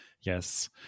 yes